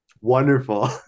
wonderful